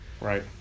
right